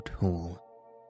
Hall